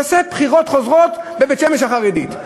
תעשה בחירות חוזרות בבית-שמש החרדית.